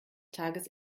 tages